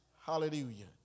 hallelujah